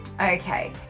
okay